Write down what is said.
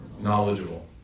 Knowledgeable